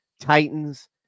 Titans